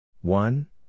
One